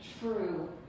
true